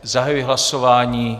Zahajuji hlasování.